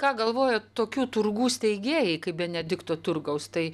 ką galvoja tokių turgų steigėjai kaip benedikto turgaus tai